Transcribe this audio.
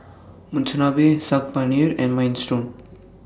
Monsunabe Saag Paneer and Minestrone